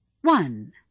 One